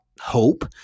hope